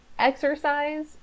Exercise